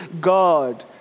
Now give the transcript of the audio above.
God